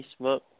Facebook